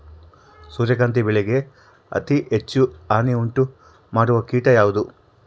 ಸೂರ್ಯಕಾಂತಿ ಬೆಳೆಗೆ ಅತೇ ಹೆಚ್ಚು ಹಾನಿ ಉಂಟು ಮಾಡುವ ಕೇಟ ಯಾವುದು?